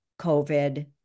covid